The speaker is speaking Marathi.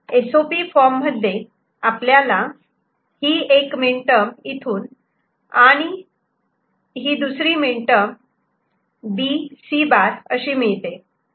आणि एस ओ पी मध्ये इथे आपल्याला ही एक मिनटर्म इथून 'A' आणि दुसरी मिनटर्म B C' अशी मिळते